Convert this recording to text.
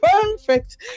perfect